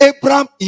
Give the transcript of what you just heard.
Abraham